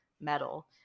metal